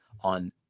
on